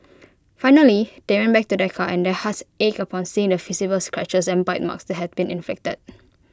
finally they went back to their car and their hearts ached upon seeing the visible scratches and bite marks that had been inflicted